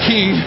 King